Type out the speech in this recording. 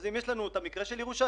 אם יש את המקרה של ירושלים,